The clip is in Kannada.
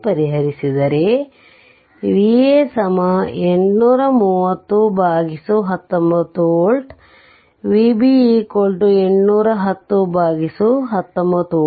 ಗೆ ಪರಿಹರಿಸಿದರೆ Va 83019 volt Vb 810 19 volt